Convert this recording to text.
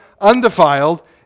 undefiled